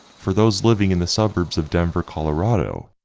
for those living in the suburbs of denver colorado,